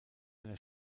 eine